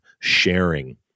sharing